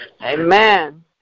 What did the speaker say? Amen